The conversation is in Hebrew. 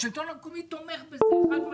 השלטון המקומי תומך בזה חד משמעית.